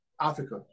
Africa